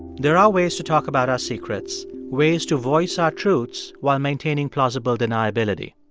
there are ways to talk about our secrets, ways to voice our truths while maintaining plausible deniability.